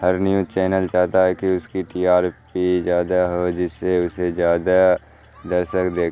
ہر news channel چاہتا ہے کہ اس کی ٹی آر پی زیادہ ہو جس سے اسے زیادہ درشک دیکھ